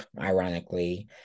ironically